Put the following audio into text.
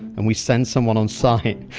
and we send someone on site.